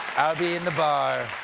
i'll be in the bar.